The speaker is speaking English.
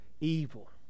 evil